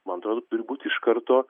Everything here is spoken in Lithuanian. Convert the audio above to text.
man atrodo turi būt iš karto